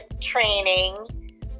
training